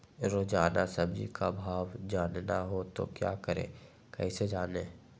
रोजाना सब्जी का भाव जानना हो तो क्या करें कैसे जाने?